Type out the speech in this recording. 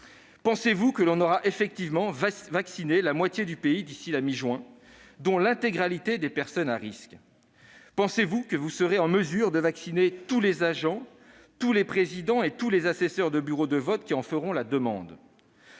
Pensez-vous que l'on aura effectivement vacciné la moitié du pays, dont l'intégralité des personnes à risque, d'ici à la mi-juin ? Pensez-vous que vous serez en mesure de vacciner tous les agents, tous les présidents et tous les assesseurs de bureaux de vote qui en feront la demande ?